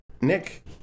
nick